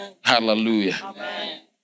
Hallelujah